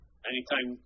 anytime